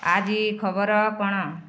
ଆଜି ଖବର କ'ଣ